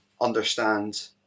understand